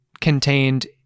contained